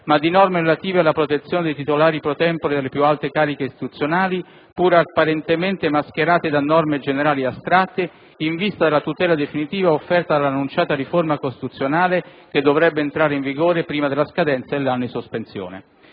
ma di norme relative alla protezione dei titolari *pro tempore* delle più alte cariche istituzionali, pur apparentemente mascherate da norme generali ed astratte, in vista della tutela definitiva offerta dalla annunciata riforma costituzionale che dovrebbe entrare in vigore prima della scadenza dell'anno di sospensione.